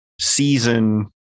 season